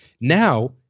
now